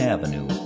Avenue